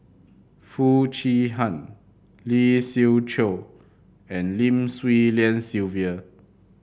Foo Chee Han Lee Siew Choh and Lim Swee Lian Sylvia